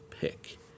pick